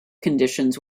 conditions